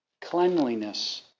Cleanliness